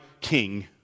king